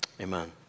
amen